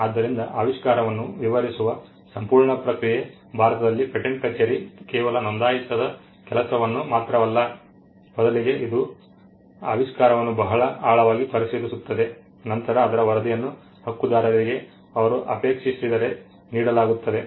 ಆದ್ದರಿಂದ ಆವಿಷ್ಕಾರವನ್ನು ವಿವರಿಸುವ ಸಂಪೂರ್ಣ ಪ್ರಕ್ರಿಯೆ ಭಾರತದಲ್ಲಿ ಪೇಟೆಂಟ್ ಕಚೇರಿ ಕೇವಲ ನೋಂದಾಯಿಸದ ಕೆಲಸವನ್ನು ಮಾತ್ರವಲ್ಲ ಬದಲಿಗೆ ಇದು ಆವಿಷ್ಕಾರವನ್ನು ಬಹಳ ಆಳವಾಗಿ ಪರಿಶೀಲಿಸುತ್ತದೆ ನಂತರ ಅದರ ವರದಿಯನ್ನು ಹಕ್ಕುದಾರರಿಗೆ ಅವರು ಅಪೇಕ್ಷಿಸಿದರೆ ನೀಡಲಾಗುತ್ತದೆ